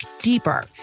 deeper